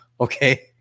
Okay